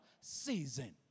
season